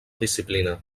disciplina